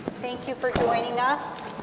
thank you for joining us.